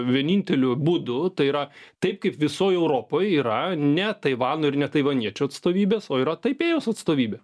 vieninteliu būdu tai yra taip kaip visoj europoj yra ne taivano ir ne taivaniečių atstovybės o yra taipėjaus atstovybė